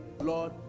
Lord